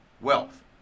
wealth